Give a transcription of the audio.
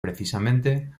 precisamente